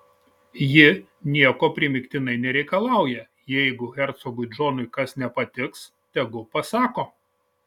ji nieko primygtinai nereikalauja jeigu hercogui džonui kas nepatiks tegu pasako